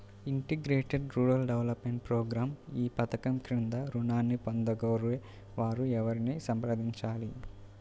Integrated rural development program ఈ పధకం క్రింద ఋణాన్ని పొందగోరే వారు ఎవరిని సంప్రదించాలి?